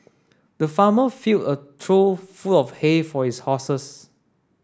the farmer fill a trough full of hay for his horses